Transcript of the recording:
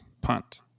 punt